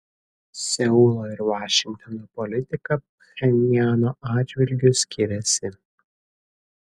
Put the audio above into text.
seulo ir vašingtono politika pchenjano atžvilgiu skiriasi